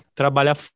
trabalhar